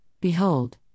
Behold